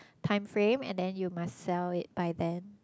time frame and then you must sell it by then